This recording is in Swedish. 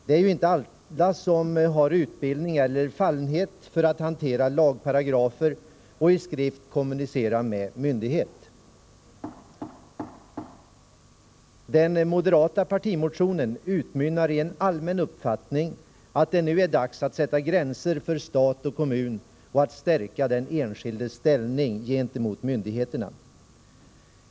Det är ju inte alla som har utbildning eller fallenhet för att hantera lagparagrafer och i skrift kommunicera med en myndighet. Den moderata partimotionen utmynnar i en allmän uppfattning att det nu är dags att sätta gränser för stat och kommun och att stärka den enskildes ställning gentemot myndigheterna.